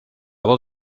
voz